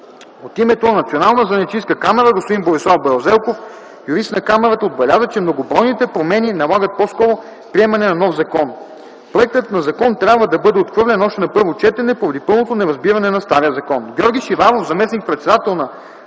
От името на Националната занаятчийска камара господин Борислав Белазелков – юрист на камарата, отбеляза, че многобройните промени налагат по-скоро приемането на нов закон. Проектът на закон трябва да бъде отхвърлен още на първо четене поради пълното неразбиране на стария закон. Георги Шиваров – заместник-председател на